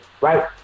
right